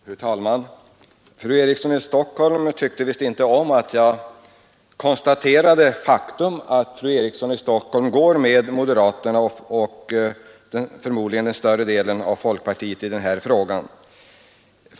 Fru talman! Fru Eriksson i Stockholm tyckte visst inte om att jag konstaterade faktum att fru Eriksson går med moderaterna och förmod ligen också med större delen av folkpartiet i denna fråga.